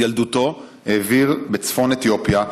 את ילדותו הוא העביר בצפון אתיופיה,